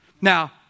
Now